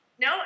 no